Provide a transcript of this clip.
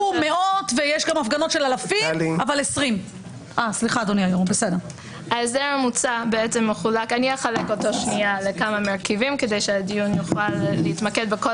את החוק המוצע אחלק לכמה מרכיבים כדי שהדיון יוכל להתמקד בכל